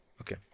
Okay